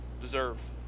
deserve